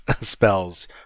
spells